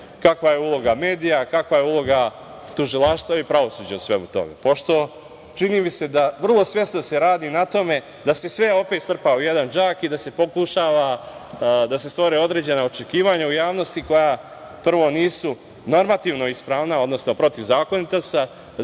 kakva je uloga medija, kakva je uloga tužilaštva i pravosuđa u svemu tome. Čini mi se da se vrlo svesno radi na tome da se sve opet strpa u jedan džak i da se pokušava da se stvore određena očekivanja u javnosti koja, prvo, nisu normativno ispravna, odnosno protivzakonita